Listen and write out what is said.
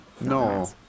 No